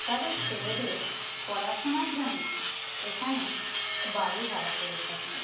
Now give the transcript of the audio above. তাদের ছেলেদের পড়াশোনার জন্য এখানে বাড়ি ভাড়া করে থাকেন